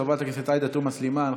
חברת הכנסת עאידה תומא סלימאן,